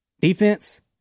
defense